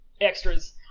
extras